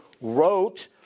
wrote